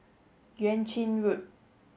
Yuan Ching Road